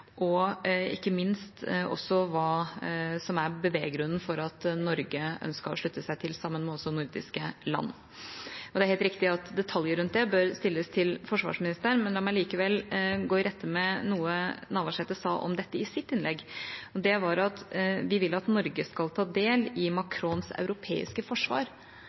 og ikke minst også for hva som er beveggrunnen for at Norge ønsket å slutte seg til sammen med nordiske land. Det er helt riktig at spørsmål om detaljer rundt det bør stilles til forsvarsministeren, men la meg likevel gå i rette med noe representanten Navarsete sa om dette i sitt innlegg. Det var at de vil at Norge skal ta del i Macrons europeiske forsvar. Dette er altså ikke et europeisk forsvar,